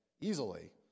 easily